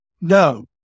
No